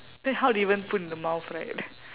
then how do you even put in the mouth right